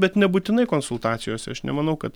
bet nebūtinai konsultacijose aš nemanau kad